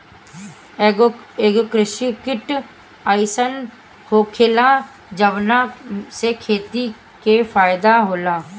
एगो कृषि किट अइसन होएला जवना से खेती के फायदा होला